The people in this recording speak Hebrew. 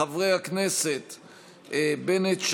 חברי הכנסת בנט,